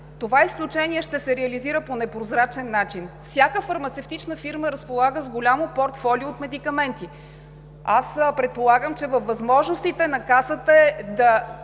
това изключение ще се реализира по непрозрачен начин. Всяка фармацевтична фирма разполага с голямо портфолио от медикаменти. Предполагам, че във възможностите на Касата е да